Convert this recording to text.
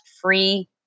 free